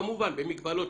כמובן במגבלות,